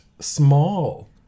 small